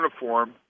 uniform